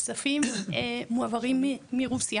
אז אני אוסיף, הכספים מועברים מרוסיה,